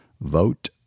Vote